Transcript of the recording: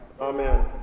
Amen